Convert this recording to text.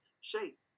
shape